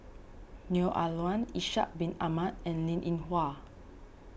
Neo Ah Luan Ishak Bin Ahmad and Linn in Hua